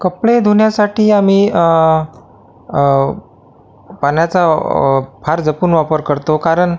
कपडे धुण्यासाठी आम्ही पाण्याचा फार जपून वापर करतो कारण